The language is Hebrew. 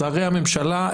שרי הממשלה,